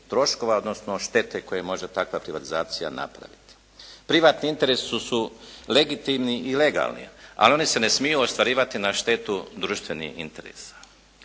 odnosno štete koju može takva privatizacija napraviti. Privatni interesi su legitimni i legalni, ali oni se ne smiju ostvarivati na štetu društvenih interesa.